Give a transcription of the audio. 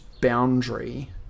boundary